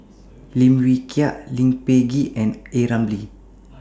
Lim Wee Kiak Lee Peh Gee and A Ramli